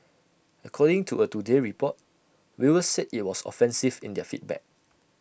according to A today Report viewers said IT was offensive in their feedback